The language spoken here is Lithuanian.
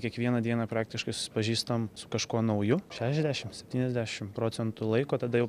kiekvieną dieną praktiškai susipažįstam su kažkuo nauju šešiasdešim septyniasdešim procentų laiko tada jau